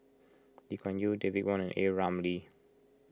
Lee Kuan Yew David Wong and A Ramli